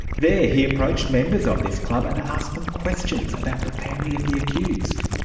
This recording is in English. there he approached members of this club and asked them questions about the family of the accused.